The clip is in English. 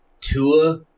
Tua